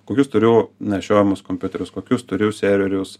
kokius turiu nešiojamus kompiuterius kokius turiu serverius